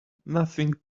nothing